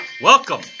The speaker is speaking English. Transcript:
Welcome